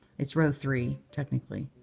it's row three technically.